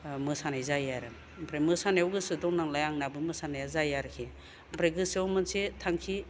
मोसानाय जायो आरो ओमफ्राय मोसानायाव गोसो दं नालाय आंनाबो मोसानाया जायो आरोखि ओमफ्राय गोसोआव मोनसे थांखि